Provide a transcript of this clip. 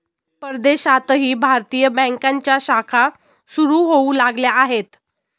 परदेशातही भारतीय बँकांच्या शाखा सुरू होऊ लागल्या आहेत